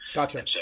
Gotcha